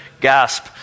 gasp